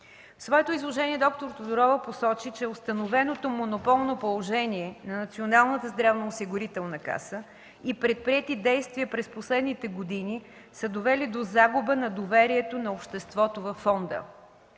В своето изложение д-р Тодорова посочи, че установеното монополно положение на Националната здравноосигурителна каса и предприети действия през последните години са довели до загуба на доверието на обществото във фонда.